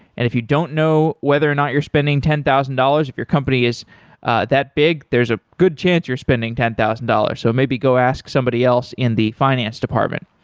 and if you don't know whether or not you're spending ten thousand dollars, if your company is ah that big, there's a good chance you're spending ten thousand dollars. so maybe go ask somebody else in the finance department.